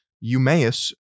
Eumaeus